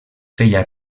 feia